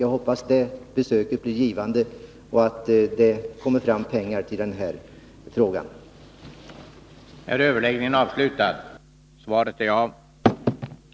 Jag hoppas att det besöket blir givande och att det kommer fram Nr 29 pengar i det här avseendet. Torsdagen den